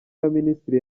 y‟abaminisitiri